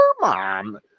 mom